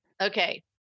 Okay